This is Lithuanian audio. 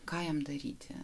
ką jam daryti